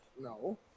No